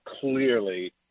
clearly